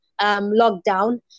lockdown